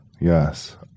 Yes